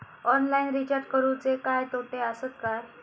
Online recharge करुचे काय तोटे आसत काय?